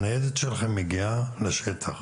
הניידת שלכם מגיעה לשטח.